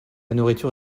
nourriture